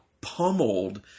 pummeled